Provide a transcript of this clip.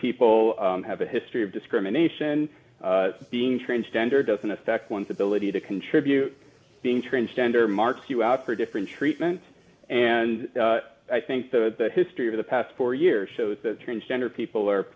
people have a history of discrimination being transgender doesn't affect one's ability to contribute being transgender marks you out for different treatment and i think the history of the past four years shows that transgender people are